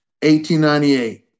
1898